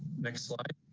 next slide.